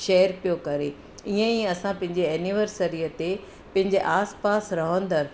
share पियो करे ईअं ई असां पंहिंजी एनिवर्सरीअ ते पंहिंजे आसि पासि रहंदड़